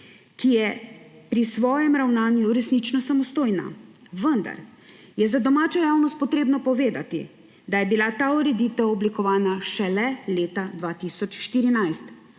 ki je pri svojem ravnanju resnično samostojna, vendar je za domačo javnost potrebno povedati, da je bila ta ureditev oblikovana šele leta 2014.